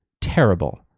Terrible